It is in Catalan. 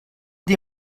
dir